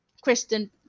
Kristen